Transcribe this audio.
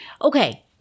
Okay